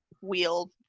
wheel